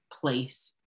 place